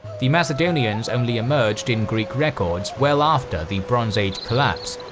the macedonians only emerged in greek records well after the bronze age collapse,